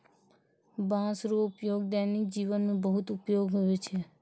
बाँस रो उपयोग दैनिक जिवन मे बहुत उपयोगी हुवै छै